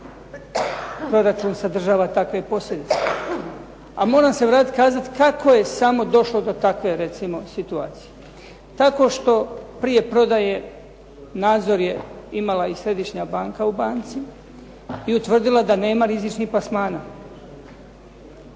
proračun sadržava takve posljedice. A moram se vratiti kazati kako je samo došlo do takve recimo situacije. Tako što prije prodaje nadzor je imala i Središnja banka u banci i utvrdila da nema rizičnih plasmana.